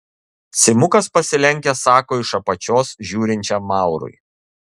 simukas pasilenkęs sako iš apačios žiūrinčiam maurui